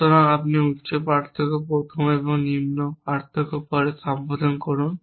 সুতরাং আপনি উচ্চ পার্থক্য প্রথম এবং নিম্ন পার্থক্য পরে সম্বোধন করুন